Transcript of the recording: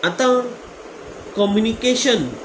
आतां कम्युनिकेशन